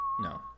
No